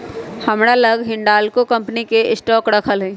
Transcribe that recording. हमरा लग हिंडालको कंपनी के स्टॉक राखल हइ